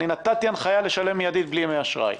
נתתי הנחייה לשלם מיידית בלי ימי אשראי.